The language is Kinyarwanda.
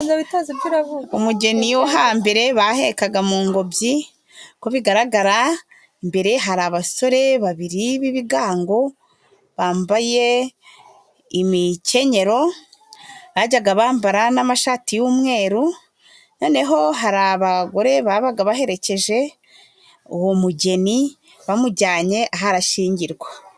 Umugeni wo hambere bahekaga mu ngobyi. Uko bigaragara imbere hari abasore babiri b'ibigango, bambaye imikenyero bajyaga bambara n'amashati y'umweru. Noneho hari abagore babaga baherekeje uwo mugeni bamujyanye aho arashyingirwa.